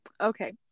okay